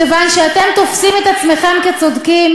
מכיוון שאתם תופסים את עצמכם כצודקים